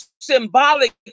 symbolic